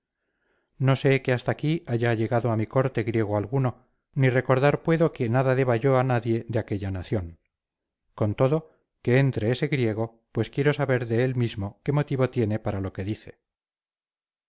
no sé que hasta aquí haya llegado a mi corte griego alguno ni recordar puedo que nada deba yo a nadie de aquella nación con todo que entre ese griego pues quiero saber de él mismo qué motivo tiene para lo que dice